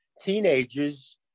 teenagers